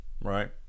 right